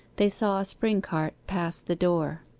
they saw a spring-cart pass the door.